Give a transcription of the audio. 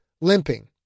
limping